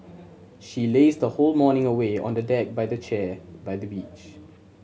she lazed the whole morning away on a deck by the chair by the beach